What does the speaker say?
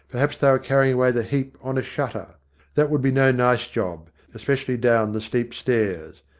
perhaps they were carrying away the heap on a shutter that would be no nice job, especially down the steep stairs.